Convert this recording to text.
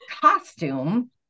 costume